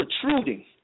protruding